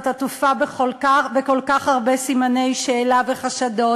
עטופה בכל כך הרבה סימני שאלה וחשדות.